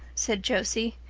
said josie,